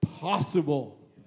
possible